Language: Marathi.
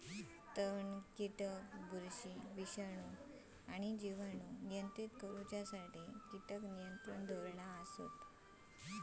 तण, कीटक, बुरशी, विषाणू आणि जिवाणू नियंत्रित करुसाठी कीटक नियंत्रण धोरणा असत